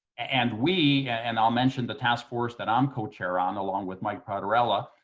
and we, and i'll mention the task force that i'm co-chair on along with mike poterola,